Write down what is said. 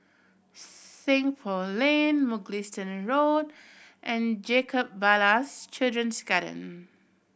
Seng Poh Lane Mugliston Road and Jacob Ballas Children's Garden